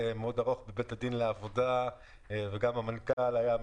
בניגוד למושכלות יסוד במתן סמכויות פיקוח שבדרך כלל ניתנות מאוד